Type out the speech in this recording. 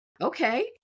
okay